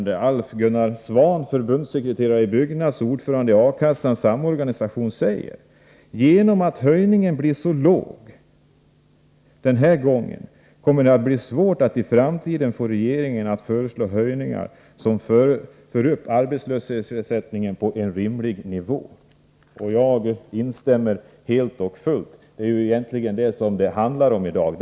Alf-Gunnar Svahn, förbundssekreterare i Byggnads och ordförande i A-kassans samorganisation, säger följande: ”Genom att höjningen blir så låg den här gången kommer det att bli svårt att i framtiden få regeringen att föreslå höjningar som för upp arbetslöshetsersättningen på en rimlig nivå.” Jag instämmer helt och fullt i detta. Det är ju egentligen det som debatten i dag handlar om.